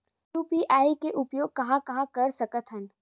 UPI के उपयोग कहां कहा कर सकत हन?